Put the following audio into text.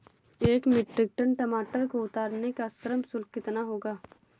एक metric ton टमाटर को उतारने का श्रम शुल्क कितना होगा?